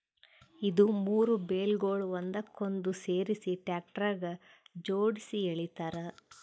ಇದು ಮೂರು ಬೇಲ್ಗೊಳ್ ಒಂದಕ್ಕೊಂದು ಸೇರಿಸಿ ಟ್ರ್ಯಾಕ್ಟರ್ಗ ಜೋಡುಸಿ ಎಳಿತಾರ್